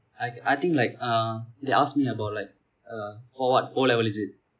I I think like uh they ask me about like[eh]for what O level is it